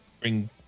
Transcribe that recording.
Bring